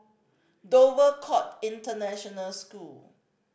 Dover Court International School